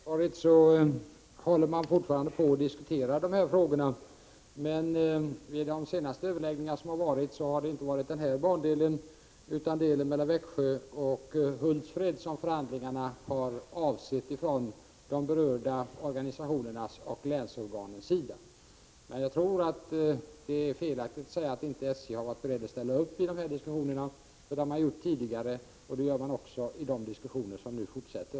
Herr talman! Enligt vad jag erfarit håller man fortfarande på att diskutera dessa frågor, men vid de senaste överläggningarna har det inte varit denna bandel som varit aktuell. Från de berörda organisationernas och länsorganens sida har förhandlingarna avsett bandelen mellan Växjö och Hultsfred. Jag tror det är felaktigt att säga att SJ inte varit berett att ställa upp i diskussionerna. Det har man gjort tidigare, och det gör man också i de diskussioner som nu fortsätter.